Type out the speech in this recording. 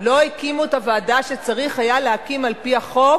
לא הקימו את הוועדה שצריך היה להקים על-פי החוק.